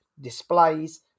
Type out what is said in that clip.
displays